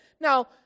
Now